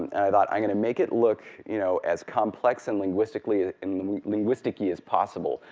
i though i'm going to make it look you know as complex and linguistic-y ah and linguistic-y as possible,